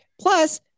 Plus